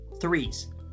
threes